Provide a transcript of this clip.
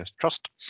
Trust